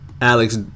Alex